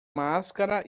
máscara